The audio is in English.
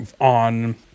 on